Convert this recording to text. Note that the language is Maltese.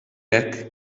hekk